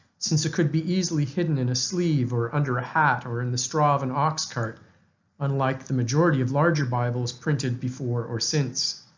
since it could be easily hidden in a sleeve or under a hat or in the straw of an oxcart unlike the majority of larger bibles printed before or since.